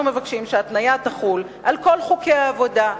אנחנו מבקשים שההתניה תחול על כל חוקי העבודה,